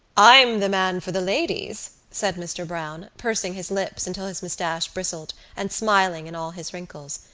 i'm the man for the ladies, said mr. browne, pursing his lips until his moustache bristled and smiling in all his wrinkles.